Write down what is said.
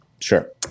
sure